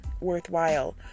worthwhile